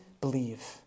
believe